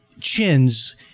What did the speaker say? chins